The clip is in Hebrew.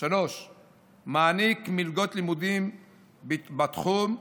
מעניק מלגות לימודים בתחום,